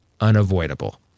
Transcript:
unavoidable